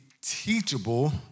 teachable